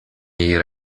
jej